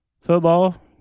football